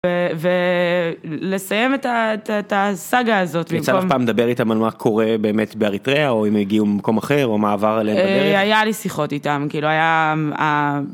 ולסיים את הסאגה הזאת... יצא לך פעם לדבר איתם על מה קורה באמת באריתריה או הם הגיעו ממקום אחר או מעבר היה לי שיחות איתם כאילו היה.